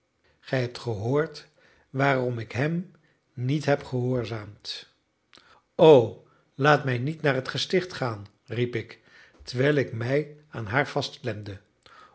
gij hebt gehoord waarom ik hem niet heb gehoorzaamd o laat mij niet naar het gesticht gaan riep ik terwijl ik mij aan haar vastklemde